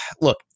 look